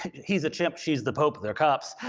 he's a chimp, she's the pope, they're cops,